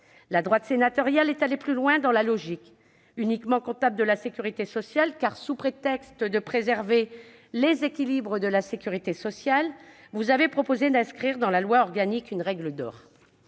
La droite sénatoriale est allée plus loin dans la logique uniquement comptable de la sécurité sociale, car, sous prétexte de préserver les équilibres de la sécurité sociale, elle a proposé d'inscrire dans la loi organique une « règle d'or